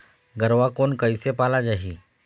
गरवा कोन कइसे पाला जाही?